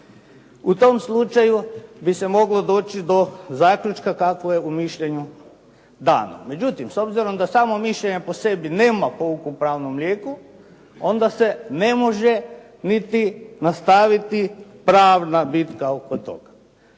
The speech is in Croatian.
U tom slučaju bi se moglo doći do zaključka kako je u mišljenju dano. Međutim, s obzirom da samo mišljenje po sebi nema pouku o pravnom lijeku, onda se ne može niti nastaviti pravna bitka oko toga,